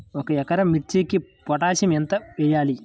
ఒక ఎకరా మిర్చీకి పొటాషియం ఎంత వెయ్యాలి?